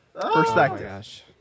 Perspective